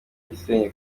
gisenyi